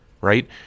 right